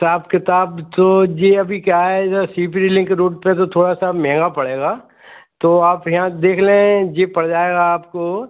हिसाब किताब तो ये अभी क्या है ना शिवपुरी लिंक रोड पर तो थोड़ा सा महंगा पड़ेगा तो आप यहाँ से देख लें जी पड़ जाएगा आपको